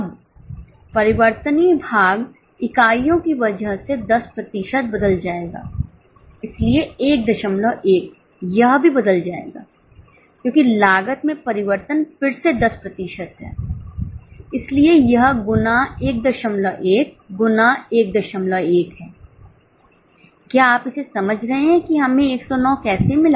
अब परिवर्तनीय भाग इकाइयों की वजह से 10 प्रतिशत बदल जाएगा इसलिए 11 यह भी बदल जाएगा क्योंकि लागत में परिवर्तन फिर से 10 प्रतिशत है इसलिए यह गुना 11 गुना 11 है क्या आप इसे समझ रहे हैं कि हमें 109 कैसे मिला